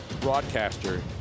broadcaster